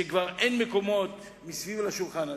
שכבר אין מקומות מסביב לשולחן הזה,